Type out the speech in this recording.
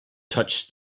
touched